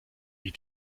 wie